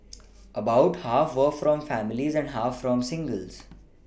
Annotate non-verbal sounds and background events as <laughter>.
<noise> about half were from families and half from singles